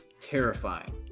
terrifying